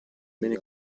beni